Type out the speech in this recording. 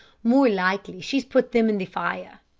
more likely she's put them in the fire.